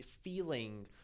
feeling